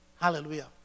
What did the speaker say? Hallelujah